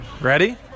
Ready